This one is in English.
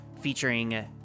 featuring